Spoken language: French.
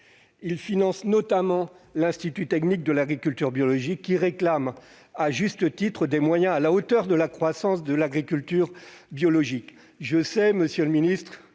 il finance notamment l'Institut technique de l'agriculture biologique (ITAB), qui réclame à juste titre des moyens à la hauteur de la croissance de cette forme d'agriculture. Je sais, monsieur le ministre,